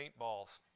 paintballs